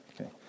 okay